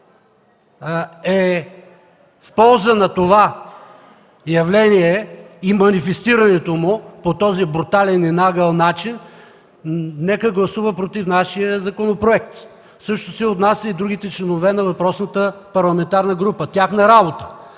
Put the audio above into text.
е в полза на това явление и манифестирането му по този брутален и нагъл начин, нека да гласува против нашия законопроект. Същото се отнася и за другите членове на въпросната парламентарна група – тяхна работа.